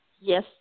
Yes